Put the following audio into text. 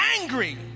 angry